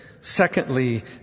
Secondly